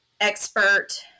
Expert